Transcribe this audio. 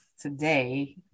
today